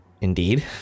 Indeed